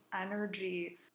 energy